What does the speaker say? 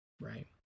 right